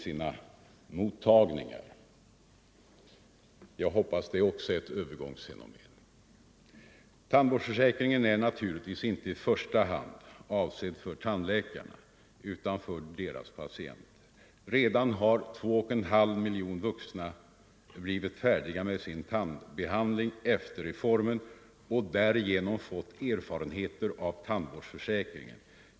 Jag hoppas att detta också är ett övergångsfenomen. Tandvårdsförsäkringen är naturligtvis inte i första hand avsedd för tandläkarna utan för deras patienter. Redan har 2,5 miljoner vuxna blivit färdiga med sin tandbehandling efter reformen och därigenom fått erfarenheter av tandvårdsförsäkringen.